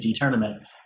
tournament